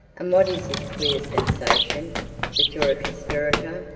and what is this queer sensation that you're a conspirator?